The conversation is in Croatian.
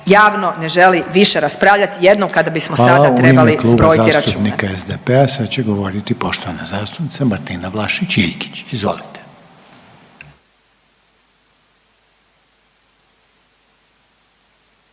javno ne želi više raspravljati jednom kada bismo sada trebali zbrojiti račune. **Reiner, Željko (HDZ)** Hvala. U ime Kluba zastupnika SDP-a sad će govoriti poštovana zastupnica Martina Vlašić Iljkić. Izvolite.